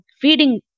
feeding